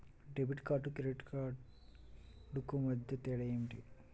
Debit కార్డుకు credit credit కార్డుకు మధ్య తేడా ఏమిటీ?